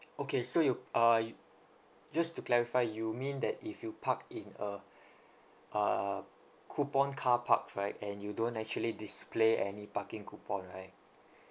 okay so you p~ uh you just to clarify you mean that if you park in a uh coupon car parks right and you don't actually display any parking coupon right